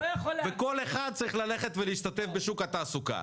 וכל אחד צריך ללכת ולהשתתף בשוק התעסוקה.